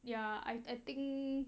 ya I I think